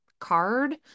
card